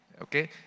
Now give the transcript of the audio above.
Okay